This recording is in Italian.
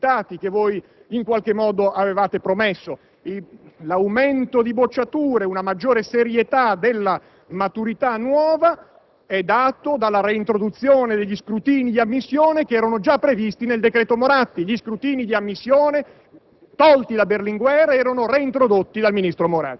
che non ha certamente prodotto quei significativi risultati che in qualche modo avevate promesso? L'aumento di bocciature e una maggiore serietà della nuova maturità sono dati dalla reintroduzione degli scrutini di ammissione, già previsti nel decreto Moratti (anzi, tolti da